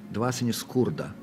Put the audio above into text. dvasinį skurdą